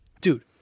Dude